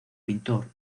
pintor